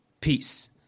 Peace